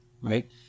right